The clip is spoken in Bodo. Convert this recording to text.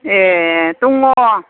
ए दङ